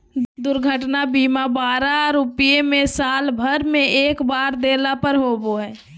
दुर्घटना बीमा बारह रुपया में साल भर में एक बार देला पर होबो हइ